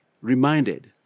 reminded